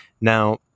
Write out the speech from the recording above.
Now